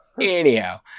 Anyhow